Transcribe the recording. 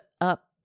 up